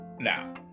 Now